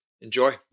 Enjoy